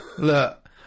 Look